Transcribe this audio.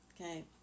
Okay